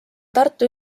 tartu